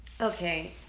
Okay